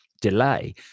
delay